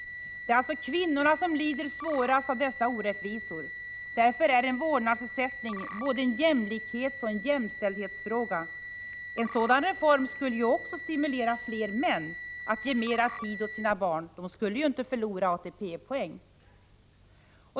Det är alltså kvinnor som lider svårast av dessa orättvisor. Därför är en vårdnadsersättning både en jämlikhetsoch en jämställdhetsfråga. En sådan reform skulle också stimulera fler män att ge mer tid åt sina barn. De skulle ju inte förlora ATP-poäng.